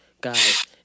Guys